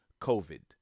COVID